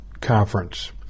conference